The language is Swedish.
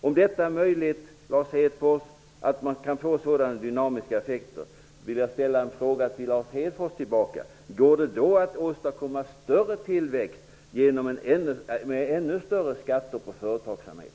Om det är möjligt att få sådana dynamiska effekter, Lars Hedfors, vill jag ställa en fråga tillbaka: Går det då att åstadkomma större tillväxt genom ännu högre skatter på företagsamhet?